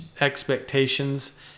expectations